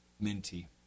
Minty